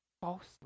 falsely